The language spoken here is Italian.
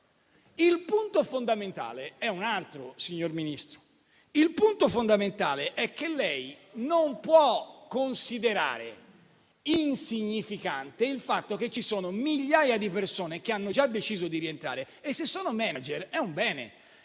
Ministro, ossia che lei non può considerare insignificante il fatto che ci sono migliaia di persone che hanno già deciso di rientrare - e se sono *manager* è un bene,